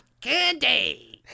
candy